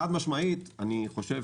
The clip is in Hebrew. חד-משמעית אני חושב